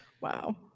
Wow